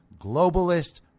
globalist